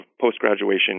post-graduation